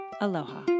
aloha